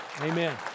Amen